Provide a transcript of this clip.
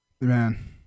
Man